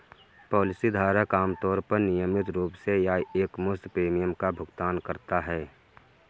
policy धारक आमतौर पर नियमित रूप से या एकमुश्त प्रीमियम का भुगतान करता है